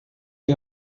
die